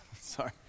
sorry